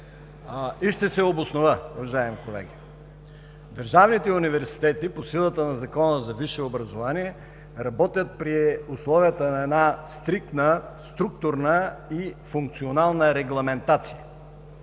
Ще се обоснова, уважаеми колеги. Държавните университети по силата на Закона за висше образование работят при условията на една стриктна, структурна и функционална регламентация.